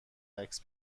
عکس